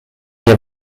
mně